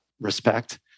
respect